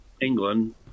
England